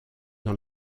dans